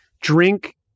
drink